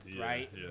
right